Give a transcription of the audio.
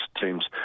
teams